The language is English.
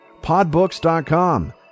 Podbooks.com